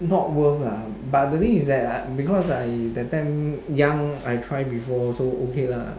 not worth lah but the thing is that I because I that time young I try before so okay lah